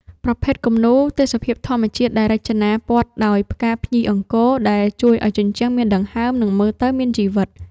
ប្រភេទគំនូរ ទេសភាពធម្មជាតិ ដែលរចនាព័ទ្ធដោយក្បាច់ភ្ញីអង្គរ ជួយឱ្យជញ្ជាំងមានដង្ហើម និងមើលទៅមានជីវិត។